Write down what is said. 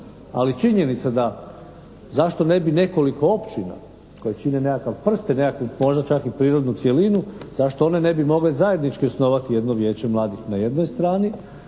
Ali je činjenica da zašto ne bi nekoliko općina koje čine nekakav prst i nekakvu, možda čak i prirodnu cjelinu zašto one ne bi mogle zajednički osnovati jedno vijeće mladih na jednoj strani,